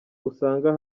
usanga